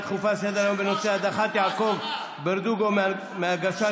לסדר-היום בנושא: הדחת יעקב ברדוגו מהגשת